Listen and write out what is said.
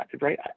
right